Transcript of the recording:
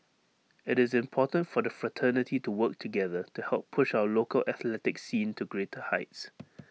IT is important for the fraternity to work together to help push our local athletics scene to greater heights